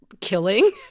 killing